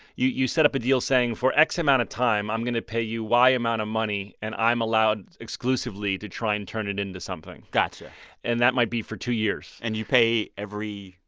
you you set up a deal saying for x amount of time, i'm going to pay you y amount of money and i'm allowed, exclusively, to try and turn it into something gotcha and that might be for two years and you pay every.